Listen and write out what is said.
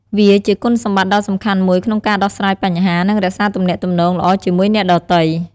វាជាគុណសម្បតិ្តដ៏សំខាន់មួយក្នុងការដោះស្រាយបញ្ហា និងរក្សាទំនាក់ទំនងល្អជាមួយអ្នកដទៃ។